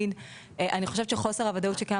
אני חושבת שחלק מחוסר הוודאות שקיים